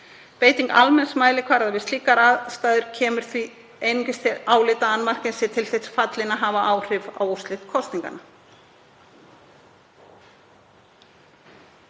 Beiting almenns mælikvarða við slíkar aðstæður kemur því einungis til álita að annmarkinn sé til þess fallinn að hafa áhrif á úrslit kosninganna.